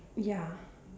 ya